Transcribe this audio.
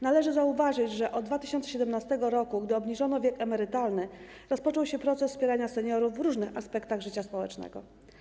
Należy zauważyć, że od 2017 r., gdy obniżono wiek emerytalny, rozpoczął się proces wspierania seniorów w różnych aspektach życia społecznego.